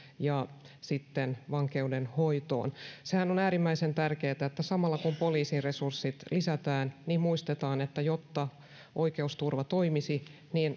ja vankeinhoitoon sehän on äärimmäisen tärkeätä että samalla kun poliisin resursseja lisätään niin muistetaan että jotta oikeusturva toimisi